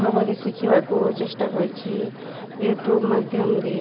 ଭାବରେ ଶିଖିବାକୁ ଚେଷ୍ଟା କରିଛି ୟୁଟ୍ୟୁବ୍ ମାଧ୍ୟମରେ